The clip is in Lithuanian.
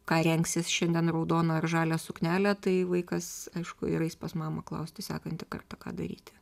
ką rengsis šiandien raudoną ar žalią suknelę tai vaikas aišku ir eis pas mamą klausti sekantį kartą ką daryti